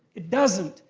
it doesn't,